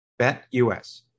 BetUS